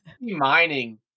Mining